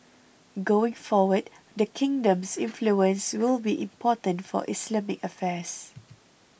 going forward the kingdom's influence will be important for Islamic affairs